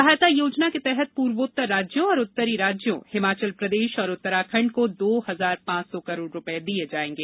सहायता योजना के तहत पूर्वोत्तर राज्यों और उत्तरी राज्यों हिमाचल प्रदेश और उत्तराखंड को दो हजार पांच सौ करोड रूपये दिये जायेंगे